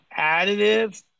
additive